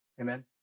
Amen